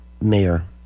mayor